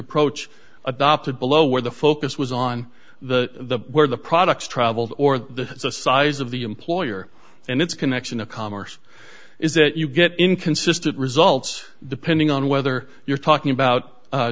approach adopted below where the focus was on the where the products traveled or the size of the employer and its connection to commerce is that you get inconsistent results depending on whether you're talking about